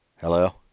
Hello